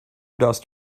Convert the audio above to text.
dust